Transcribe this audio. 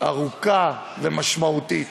ארוכה ומשמעותית.